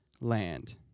land